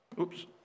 Oops